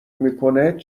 میکنه